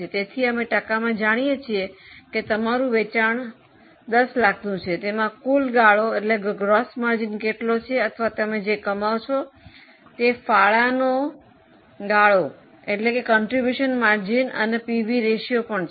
તેથી અમે ટકામાં જાણીએ છીએ કે તમારું વેચાણ 10 લાખનું છે તેમાં કુલ ગાળો કેટલો છે અથવા તમે જે કમાવો છો તે ફાળો ગાળો અને પીવી રેશિયો પણ છે